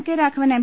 K Raghavan M